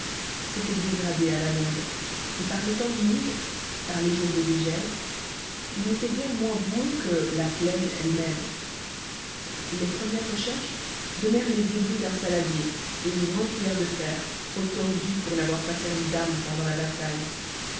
s'était dégradé à la longue et par les temps humides par les jours de dégel il n'était guère moins boueux que la plaine elle-même les premières recherches donnèrent les débris d'un saladier et une grande cuiller de fer trop tordue pour n'avoir pas servi d'arme pendant la bataille